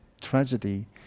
tragedy